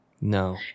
No